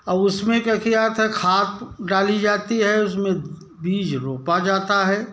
और उस में जो क्या है खाद डाली जाती है उसमें बीज रोपा जाता है